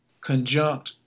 conjunct